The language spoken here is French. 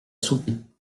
souper